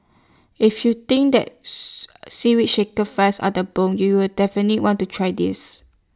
if you think that Seaweed Shaker fries are the bomb you'll definitely want to try this